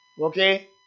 Okay